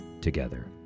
together